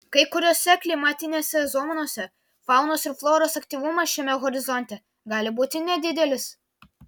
kai kuriose klimatinėse zonose faunos ir floros aktyvumas šiame horizonte gali būti nedidelis